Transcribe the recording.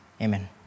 Amen